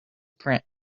print